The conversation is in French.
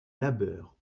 labeur